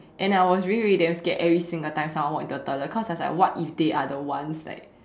and I was really really damn scared every single time someone walk into the toilet cause I was like what if they are the ones like